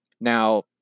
Now